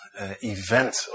event